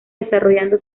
desarrollando